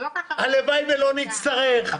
הלוואי ולא נצטרך.